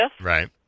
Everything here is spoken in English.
Right